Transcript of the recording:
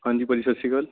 ਹਾਂਜੀ ਭਾਅ ਜੀ ਸਤਿ ਸ਼੍ਰੀ ਅਕਾਲ